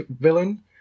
villain